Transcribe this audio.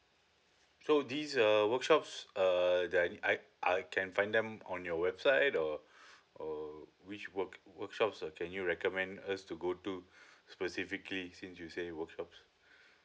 so these uh workshops uh that I I I can find them on your website or or which work workshops uh can you recommend us to go to specifically since you say workshops